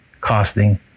costing